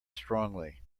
strongly